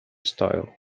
style